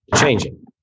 changing